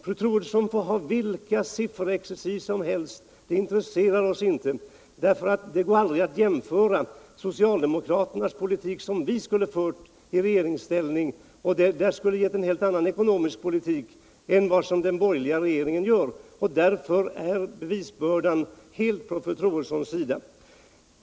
Fru Troedsson må utföra vilken sifferexercis som helst; det intresserar oss inte. Det går aldrig att göra jämförelser med den politik som socialdemokratin skulle ha fört i regeringsställning, därför att vi skulle ha fört en helt annan ekonomisk politik än den borgerliga regeringen nu gör. Därför är bevisbördan helt på fru Troedssons sida.